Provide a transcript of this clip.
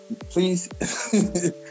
please